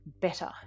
better